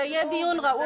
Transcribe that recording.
שיהיה דיון ראוי,